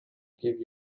give